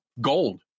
gold